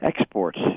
exports